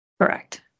Correct